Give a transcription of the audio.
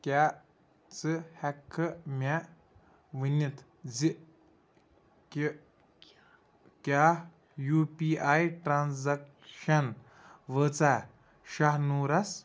کیٛاہ ژٕ ہٮ۪ککھٕ مےٚ ؤنِتھ زِ کہِ کیٛاہ یوٗ پی آی ٹرانزیکشن وٲژاہ شاہ نوٗرَس